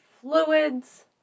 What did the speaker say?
fluids